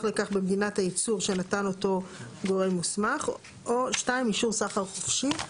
לכך במדינת הייצור שנתן אותו גורם מוסמך או 2 אישור סחר חופשי.